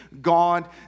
God